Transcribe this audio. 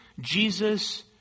Jesus